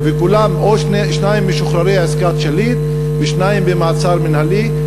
שניים ממשוחררי עסקת שליט ושניים במעצר מינהלי.